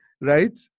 right